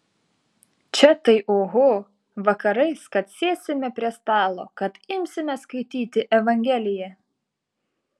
čia tai oho vakarais kad sėsime prie stalo kad imsime skaityti evangeliją